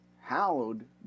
hallowed